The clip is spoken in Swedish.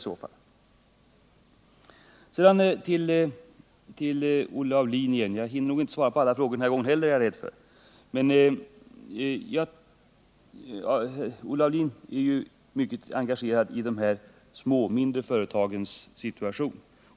Sedan vill jag ånyo vända mig till Olle Aulin. Jag hinner nog inte heller denna gång svara på alla frågorna. Olle Aulin är ju mycket engagerad i de . mindre företagens situation.